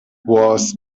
was